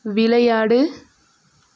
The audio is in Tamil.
விளையாடு